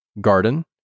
garden